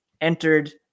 entered